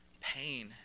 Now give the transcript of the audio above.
pain